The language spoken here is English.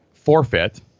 forfeit